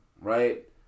right